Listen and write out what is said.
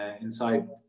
inside